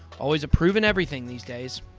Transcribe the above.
always approving everything these days.